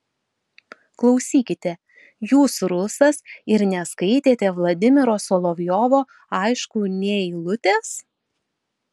klausykite jūs rusas ir neskaitėte vladimiro solovjovo aišku nė eilutės